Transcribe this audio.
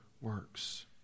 works